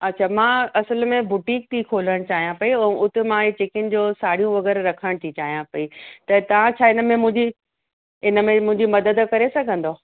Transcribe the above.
अच्छा मां असुल में बुटीक थी खोलण चाहियां पई ऐं उते मां हे चिकिन जो साड़ियूं वगै़रह रखण थी चाहियां पई त तव्हां छा हिनमें मुंहिंजी इनमें मुंहिंजी मदद करे सघंदव